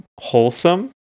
wholesome